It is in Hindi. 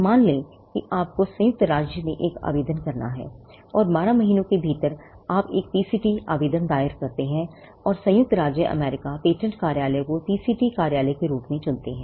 मान लें कि आपको संयुक्त राज्य में एक आवेदन दायर करना है और 12 महीनों के भीतर आप एक पीसीटी आवेदन दायर करते हैं और संयुक्त राज्य अमेरिका पेटेंट कार्यालय को पीसीटी कार्यालय के रूप में चुनते हैं